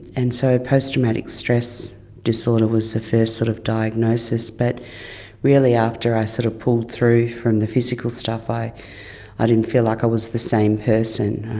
and so post-traumatic stress disorder was the first sort of diagnosis. but really after i sort of pulled through from the physical stuff i i didn't feel like i was the same person.